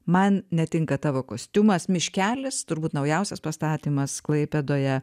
man netinka tavo kostiumas miškelis turbūt naujausias pastatymas klaipėdoje